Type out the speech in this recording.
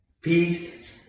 peace